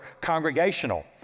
congregational